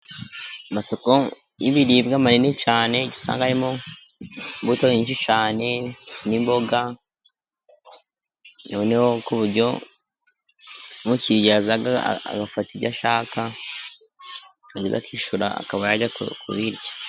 Amasoko y'ibiribwa manini cyane, usanga harimo imbuto nyinshi cyane ni imboga, noneho ku buryo nk'umukiriya yaza agafata icyo ashaka, yarangiza akishyura akaba yajya kurirya.